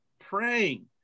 praying